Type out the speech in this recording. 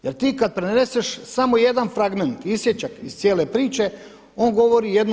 Jer ti kada preneseš samo jedan fragment, isječak iz cijele priče on govori jedno.